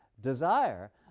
desire